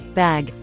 bag